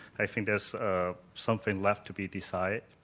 i think there's something left to be decided.